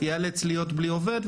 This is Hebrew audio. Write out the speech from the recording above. יאלץ להיות בלי עובד,